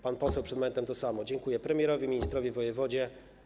Pan poseł przed momentem to samo: dziękuje premierowi, ministrowi, wojewodzie.